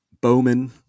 Bowman